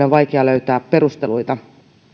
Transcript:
on vaikea löytää perusteluita